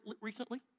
recently